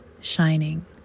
shining